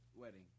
wedding